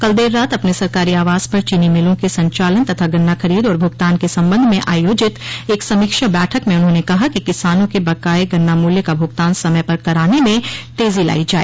कल देर रात अपने सरकारी आवास पर चीनी मिलों के संचालन तथा गन्ना खरीद और भगतान के संबंध में आयोजित एक समीक्षा बैठक में उन्होंने कहा कि किसानों के बकाये गन्ना मूल्य का भुगतान समय पर कराने में तेजी लाई जाय